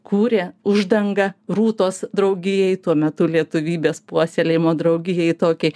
kūrė uždangą rūtos draugijai tuo metu lietuvybės puoselėjimo draugijai tokį